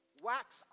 wax